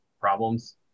problems